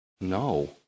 No